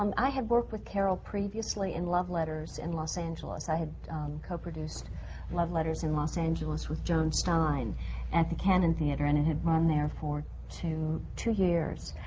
um i had worked with carol previously in love letters in los angeles. i had co-produced love letters in los angeles with joan stein at the cannon theatre, and it had run there for two two years.